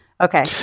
Okay